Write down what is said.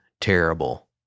terrible